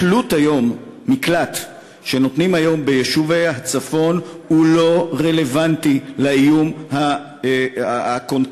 מקלט שנותנים היום ביישובי הצפון הוא לא רלוונטי לאיום הקונקרטי.